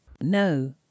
No